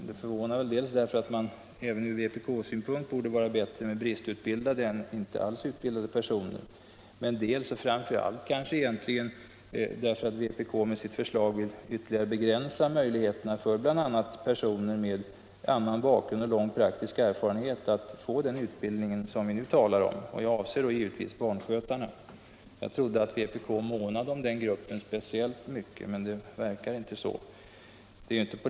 Det förvånar dels därför att bristutbildade personer borde vara bättre än inte alls utbildade personer även från vpk-synpunkt, dels och framför allt därför att vpk i sitt förslag vill ytterligare begränsa möjligheterna för bl.a. personer med annan bakgrund och lång praktisk erfarenhet att få den utbildning vi nu talar om. Jag avser då givetvis barnskötarna. Jag trodde att vpk månade speciellt mycket om den gruppen, men det verkar inte så.